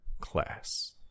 class